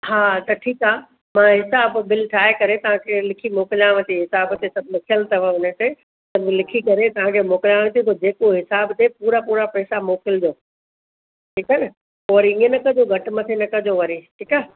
हा त ठीकु आहे मां हिसाबु बिल ठाहे करे तव्हांखे लिखी मोकिलियांव थी हिसाबु ते सभु लिखियल अथव हुन ते सभु लिखी करे तव्हांखे मोकिलियांव थी पोइ जेको हिसाबु थिए पूरा पूरा पैसा मोकिलिजो ठीकु आहे न पोइ वरी इअं न कजो घटि मथे न कजो वरी ठीकु आहे